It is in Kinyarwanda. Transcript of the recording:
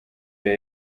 the